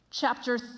Chapter